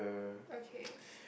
okay